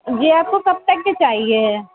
جی آپ کو کب تک کے چاہیے ہے